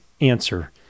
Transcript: answer